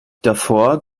davor